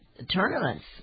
tournaments